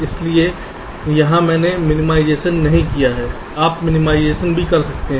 इसलिए यहां मैंने मिनिमाइजेशन नहीं किया है आप मिनिमाइजेशन भी कर सकते हैं